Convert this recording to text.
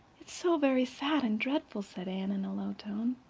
it's so very sad and dreadful, said anne in a low tone.